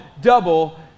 double